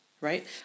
right